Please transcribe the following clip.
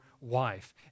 wife